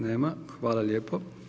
Nema, hvala lijepo.